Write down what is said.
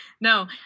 No